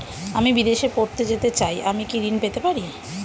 আমি বিদেশে পড়তে যেতে চাই আমি কি ঋণ পেতে পারি?